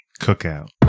Cookout